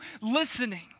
listening